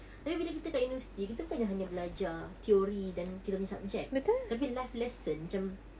tapi bila kita dekat university kita bukannya hanya belajar theory dan kita punya subject tapi life lesson macam